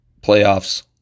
playoffs